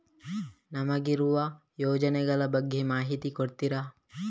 ನಮಗಿರುವ ಯೋಜನೆಗಳ ಬಗ್ಗೆ ಮಾಹಿತಿ ಕೊಡ್ತೀರಾ?